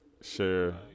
share